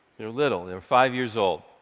they're little. they're five years old.